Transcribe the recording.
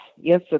yes